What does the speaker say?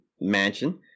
mansion